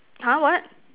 !huh! what